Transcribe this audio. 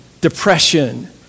depression